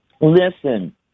listen